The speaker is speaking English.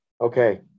Okay